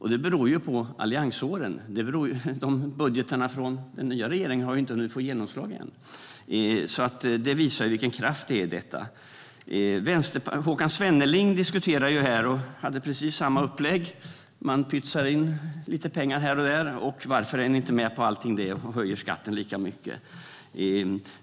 Det beror på alliansåren. Budgetarna från den nya regeringen har inte hunnit få genomslag än. Det visar vilken kraft det är i detta. Håkan Svenneling hade precis samma upplägg. Man pytsar in lite pengar här och där och undrar varför vi inte är med på allt och höjer skatten lika mycket.